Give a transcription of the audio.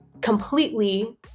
completely